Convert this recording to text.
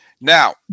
Now